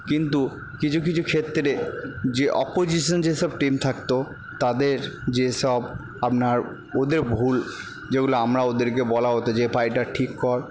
কিন্তু কিছু কিছু ক্ষেত্রে যে অপোজিশন যে সব টিম থাকতো তাদের যে সব আপনার ওদের ভুল যেগুলো আমরা ওদেরকে বলা হতো যে পায়টা ঠিক কর